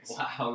Wow